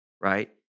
right